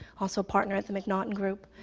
also partner at the mcnaughton group.